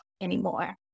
anymore